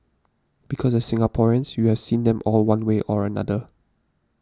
because as Singaporeans you have seen them all one way or another